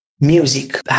Music